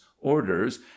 orders